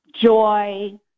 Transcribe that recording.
joy